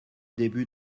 début